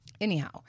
Anyhow